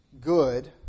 good